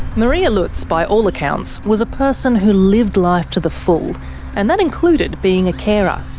maria lutz, by all accounts, was a person who lived life to the full and that included being a carer.